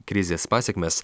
krizės pasekmes